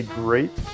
great